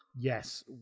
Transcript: Yes